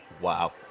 Wow